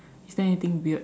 is there anything weird